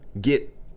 get